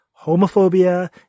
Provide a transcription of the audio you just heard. homophobia